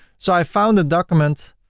so i found the document,